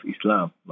Islam